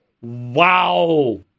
Wow